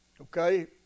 Okay